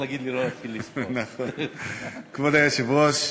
כבוד היושב-ראש,